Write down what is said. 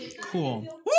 Cool